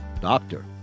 Doctor